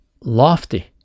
lofty